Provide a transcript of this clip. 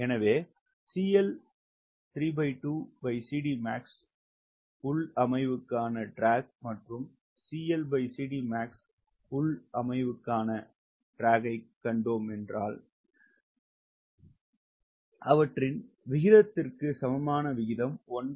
எனவே உள்ளமைவுக்கான ட்ராக் மற்றும் உள்ளமைவுக்கான ட்ராக்கை கண்டோம் அவற்றின் விகிதத்திற்கு சமமான விகிதம் 1